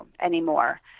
anymore